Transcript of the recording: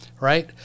right